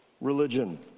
religion